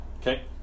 Okay